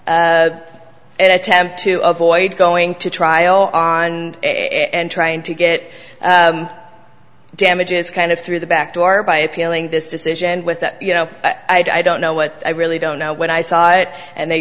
was an attempt to avoid going to trial on it and trying to get damages kind of through the back door by appealing this decision with that you know i don't know what i really don't know when i saw it and they